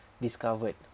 discovered